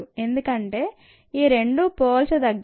ఎందుకంటే ఈ రెండూ పోల్చదగ్గవి